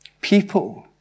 People